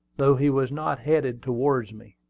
though he was not headed towards me.